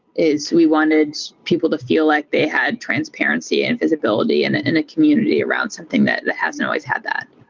is we wanted people to feel like they had transparency and visibility and in a community around something that that hasn't always had that.